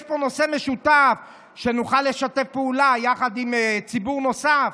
יש פה נושא משותף שנוכל לשתף בו פעולה יחד עם ציבור נוסף.